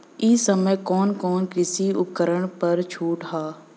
ए समय कवन कवन कृषि उपकरण पर छूट ह?